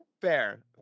fair